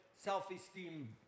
self-esteem